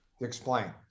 Explain